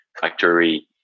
factory